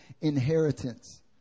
inheritance